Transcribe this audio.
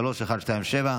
פ/3127/25.